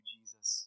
Jesus